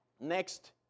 Next